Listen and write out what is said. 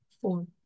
four